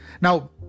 Now